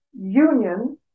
union